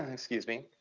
excuse me,